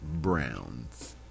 Browns